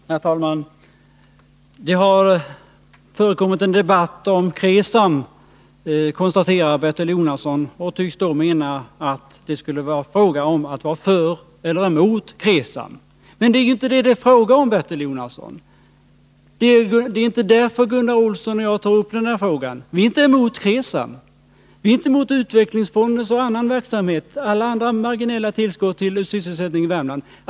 Herr talman! Det har förekommit en debatt om KRESAM, konstaterade Bertil Jonasson. Han tycktes då mena att det skulle vara fråga om att vara för eller emot KRESAM. Men det är inte det debatten gäller, Bertil Jonasson. Det är inte anledningen till att Gunnar Olsson och jag har tagit upp den här frågan. Vi är inte emot KRESAM, utvecklingsfondens arbete eller andra marginella tillskott till sysselsättningen i Värmland.